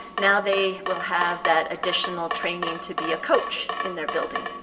now they will have that additional training to be a coach in their building.